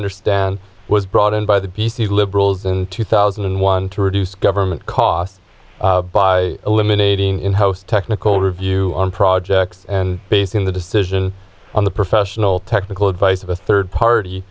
understand was brought in by the b c liberals in two thousand and one to reduce government costs by eliminating in house technical review on projects and basing the decision on the professional technical advice of a third party